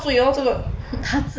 他醉